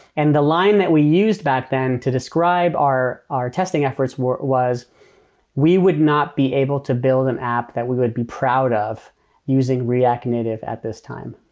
and the line that we used back then to describe our our testing efforts was was we would not be able to build an app that we would be proud of using react native at this time.